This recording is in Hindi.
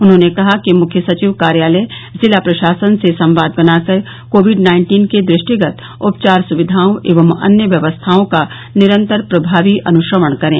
उन्होंने कहा कि मुख्य सचिव कार्यालय जिला प्रशासन से संवाद बनाकर कोविड नाइन्टीन के दृष्टिगत उपचार सुविधाओं एवं अन्य व्यवस्थाओं का निरन्तर प्रभावी अनुश्रवण करे